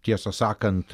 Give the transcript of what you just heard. tiesą sakant